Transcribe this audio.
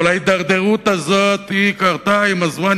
ההידרדרות הזאת קרתה עם הזמן,